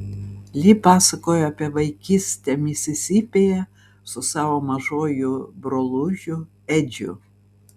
li pasakojo apie vaikystę misisipėje su savo mažuoju brolužiu edžiu